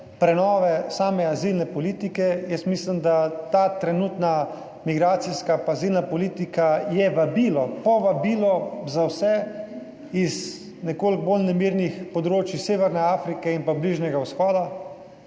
prenove same azilne politike. Jaz mislim, da ta trenutna migracijska azilna politika je vabilo, povabilo za vse iz nekoliko bolj nemirnih področij severne Afrike in Bližnjega vzhoda.